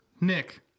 Nick